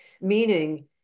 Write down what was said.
meaning